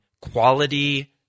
quality